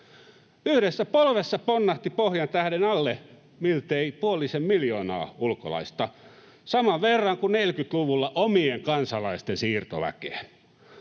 Yhdessä polvessa ponnahti Pohjantähden alle miltei puolisen miljoonaa ulkolaista, saman verran kuin 40-luvulla omien kansalaisten siirtoväkeä.